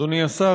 אדוני השר,